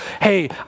Hey